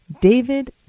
David